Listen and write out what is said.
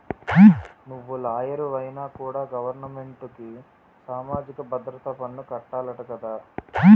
నువ్వు లాయరువైనా కూడా గవరమెంటుకి సామాజిక భద్రత పన్ను కట్టాలట కదా